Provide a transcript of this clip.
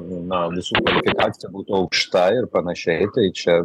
na visų kvalifikacija būtų aukšta ir panašiai tai čia